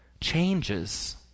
changes